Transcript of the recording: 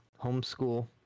homeschool